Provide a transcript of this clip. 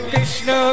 Krishna